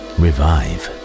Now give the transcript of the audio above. revive